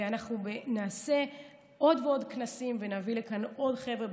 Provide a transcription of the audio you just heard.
ואנחנו נעשה עוד ועוד כנסים ונביא לפה עוד חבר'ה,